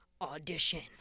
audition